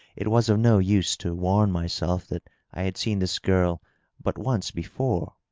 it was of no use to warn myself that i had seen this girl but once before.